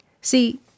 See